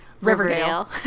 Riverdale